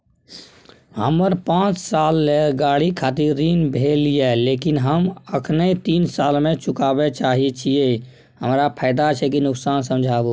हमर पाँच साल ले गाड़ी खातिर ऋण भेल ये लेकिन हम अखने तीन साल में चुकाबे चाहे छियै हमरा फायदा छै की नुकसान समझाबू?